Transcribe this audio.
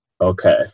okay